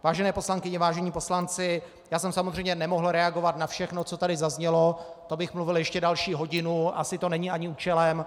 Vážené poslankyně, vážení poslanci, já jsem samozřejmě nemohl reagovat na všechno, co tady zaznělo, to bych mluvil ještě další hodinu, asi to není ani účelem.